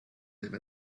live